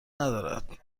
ندارد